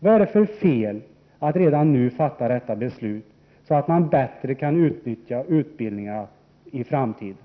Vad är det för fel att redan nu fatta detta beslut, så att man bättre kan utnyttja utbildningen i framtiden?